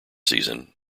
season